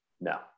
no